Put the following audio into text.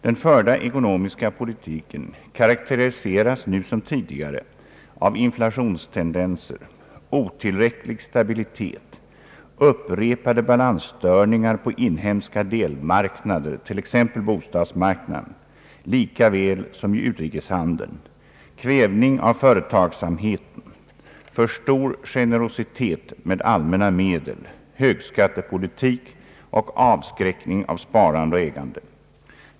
Den förda ekonomiska politiken karakteriseras nu som tidigare av inflationstendenser, otillräcklig stabilitet, upprepade balansstörningar på inhemska delmarknader, t.ex. bostadsmarknaden, lika väl som i utrikeshandeln, kvävning av företagsamhet, för stor generositet med allmänna medel, högskattepolitik och avskräckning av sparande och ägande.